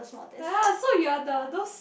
ah so you are the those